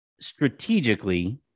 strategically